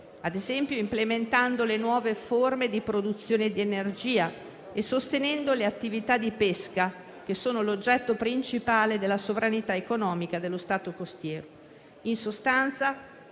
ad esempio implementando le nuove forme di produzione di energia e sostenendo le attività di pesca, che sono l'oggetto principale della sovranità economica dello Stato costiero. In sostanza,